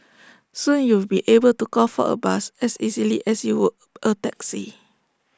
soon you'll be able to call for A bus as easily as you would A taxi